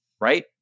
right